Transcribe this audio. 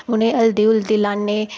उनेंईं हल्दी हुल्दी लान्ने